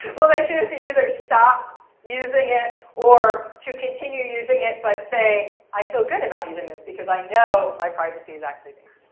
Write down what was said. will they choose to either stop using it or to continue using it, but say, i feel good about using this because i know my privacy is actually being